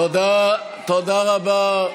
תודה רבה.